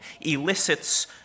elicits